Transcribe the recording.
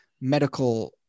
medical